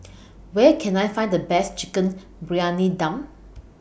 Where Can I Find The Best Chicken Briyani Dum